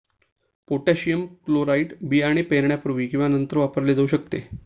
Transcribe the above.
potassium chloride बियाणे पेरण्यापूर्वी किंवा नंतर वापरले जाऊ शकते